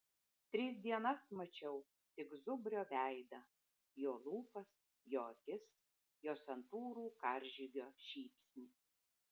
tris dienas mačiau tik zubrio veidą jo lūpas jo akis jo santūrų karžygio šypsnį